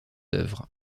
œuvres